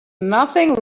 nothing